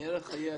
מערך חיי אדם.